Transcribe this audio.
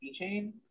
keychain